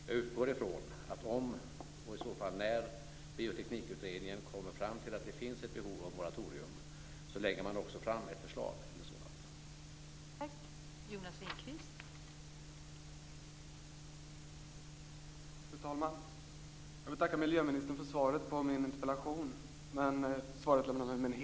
Jag utgår ifrån att om, och i så fall när, bioteknikutredningen kommer fram till att det finns ett behov av moratorium så lägger man också fram ett förslag till ett sådant.